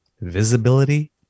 Visibility